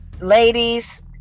ladies